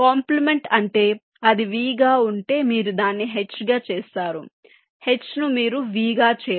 complement అంటే అది V గా ఉంటే మీరు దాన్ని H గా చేస్తారు H ను మీరు V గా చేయడం